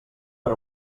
per